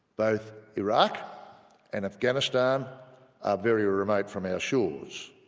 both iraq and afghanistan are very remote from our shores